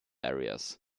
areas